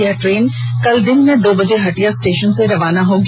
यह ट्रेन कल दिन में दो बजे हटिया स्टेशन से रवाना होगी